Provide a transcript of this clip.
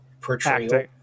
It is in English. portrayal